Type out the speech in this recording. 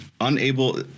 unable